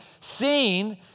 seen